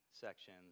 section